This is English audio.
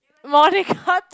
morning culture